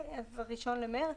1 במרץ?